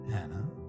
Hannah